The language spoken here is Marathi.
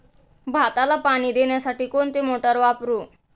भाताला पाणी देण्यासाठी कोणती मोटार वापरू?